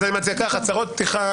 הצהרות פתיחה